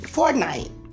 Fortnite